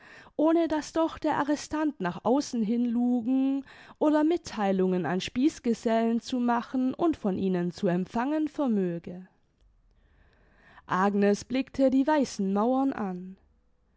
ohne daß doch der arrestant nach außen hin lugen oder mittheilungen an spießgesellen zu machen und von ihnen zu empfangen vermöge agnes blickte die weißen mauern an